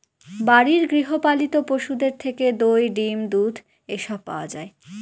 বাড়ির গৃহ পালিত পশুদের থেকে দই, ডিম, দুধ এসব পাওয়া যায়